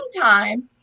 time